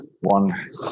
One